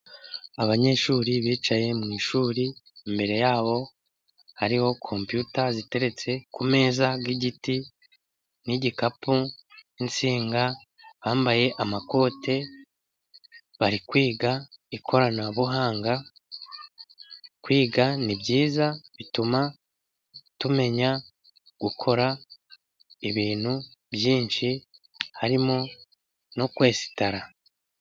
Abanyeshuri bicaye mu ishuri. Imbere yabo hariho kompiyuta ziteretse ku meza y'igiti n'igikapu, n'insinga. Bambaye amakote bari kwiga ikoranabuhanga. Kwiga ni byiza bituma tumenya gukora ibintu byinshi harimo no kwesitara.